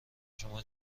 شما